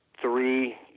three